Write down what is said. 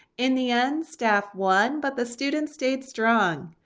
in the end staff won but the students stayed strong.